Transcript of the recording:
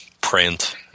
print